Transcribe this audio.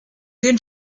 den